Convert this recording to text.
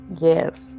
yes